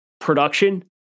production